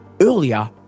earlier